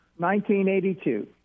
1982